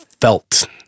felt